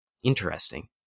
interesting